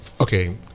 okay